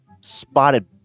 spotted